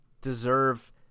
deserve